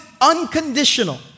unconditional